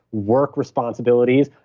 work responsibilities,